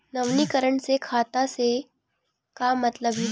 नवीनीकरण से खाता से का मतलब हे?